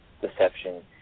deception